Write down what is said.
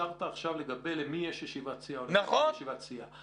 הצהרת עכשיו לגבי למי יש ישיבת סיעה ולמי אין ישיבת סיעה.